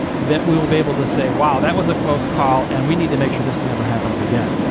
that we'll be able to say wow, that was a close call, and we need to make sure this never happens again.